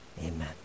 Amen